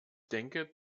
denke